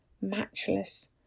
matchless